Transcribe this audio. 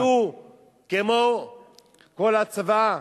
שיהיו כמו כל הצבא.